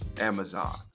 Amazon